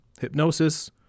hypnosis